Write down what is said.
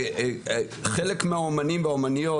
חלק מהאומנים והאומניות,